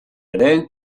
ere